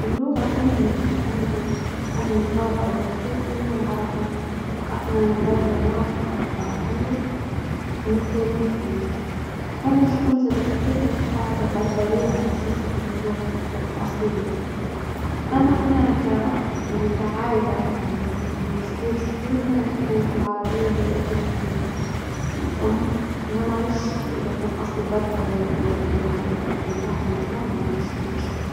اللغة الأم، ال أمى، وبابا، والأجدادي هي العربية، إحنا دولة ناطقة بالعربية من التاريخ معناتها، فما شكون زاد في بلادنا يحكوا على بربرية، على أساس إللي هي لغة البلاد الأصلية كانت، أما إحنا ك يعني كعائلة من جدود جدودنا نحكوا بالعربية، هي لغتنا ال الأم ما نعرفش إذا كان أصلي بربري وهديك اللغة البربرية متاعنا ولا لا، ما نعرفش ما عنديش فكرة.